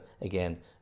again